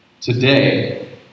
Today